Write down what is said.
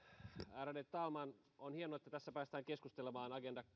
ärade talman on hienoa että tässä päästään keskustelemaan agenda